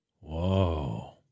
Whoa